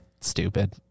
stupid